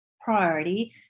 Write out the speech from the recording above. priority